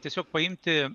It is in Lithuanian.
tiesiog paimti